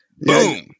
Boom